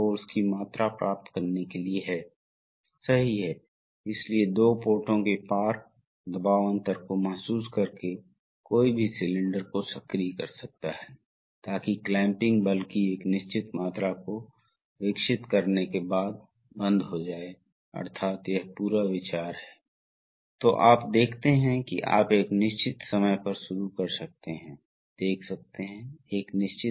सही स्थिति में पंप का प्रवाह इस तरह से होता है इसलिए अब आप देखते हैं कि यहां क्या मामला है इसलिए सही स्थिति में पंप का प्रवाह इस तरह से होता है और प्रवेश करता है जिसे सिलेंडर के रॉड अंत के रूप में जाना जाता है इसलिए अब सिलेंडर दाईं ओर बढ़ता है ध्यान दें कि कैम अभी भी संचालित नहीं है इसलिए यह अभी भी प्लग किया गया है और यह भी अभी प्लग किया गया है और सिलेंडर पर पूरा दबाव डाला जा रहा है